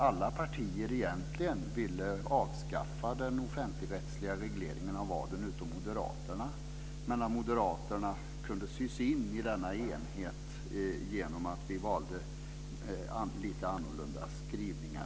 Alla partier utom Moderaterna ville egentligen avskaffa den offentligrättsliga regleringen av adeln, men Moderaterna kunde sys in i enigheten genom att vi valde lite mera öppna skrivningar.